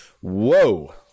whoa